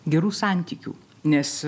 gerų santykių nes